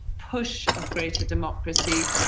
push of greater democracy,